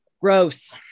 gross